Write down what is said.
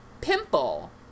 pimple